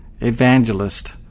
evangelist